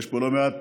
יש פה גם בכנסת